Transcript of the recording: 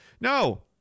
No